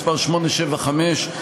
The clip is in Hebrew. מס' 875,